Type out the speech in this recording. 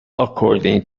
according